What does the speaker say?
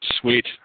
Sweet